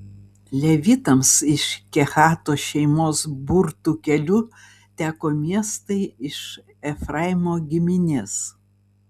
levitams iš kehato šeimos burtų keliu teko miestai iš efraimo giminės